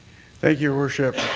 thank you, your worship.